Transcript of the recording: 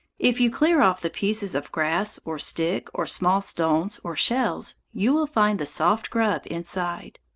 if you clear off the pieces of grass, or stick, or small stones, or shells, you will find the soft grub inside.